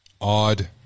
Odd